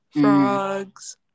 frogs